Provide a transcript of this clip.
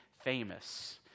famous